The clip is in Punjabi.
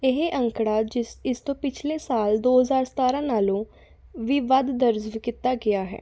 ਇਹ ਅੰਕੜਾ ਜਿਸ ਇਸ ਤੋਂ ਪਿਛਲੇ ਸਾਲ ਦੋ ਹਜ਼ਾਰ ਸਤਾਰ੍ਹਾਂ ਨਾਲੋਂ ਵੀ ਵੱਧ ਦਰਜ ਕੀਤਾ ਗਿਆ ਹੈ